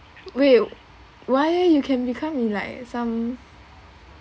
wait why leh you can become in like some